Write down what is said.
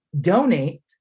donate